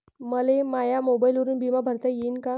मले माया मोबाईलवरून बिमा भरता येईन का?